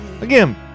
Again